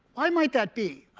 why might that be?